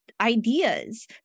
ideas